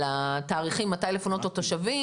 על התאריכים מתי לפנות את התושבים,